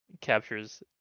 captures